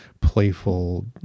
playful